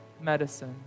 medicine